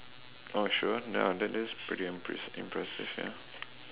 oh sure ya that that is pretty impre~ impressive ya